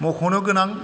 मख'नो गोनां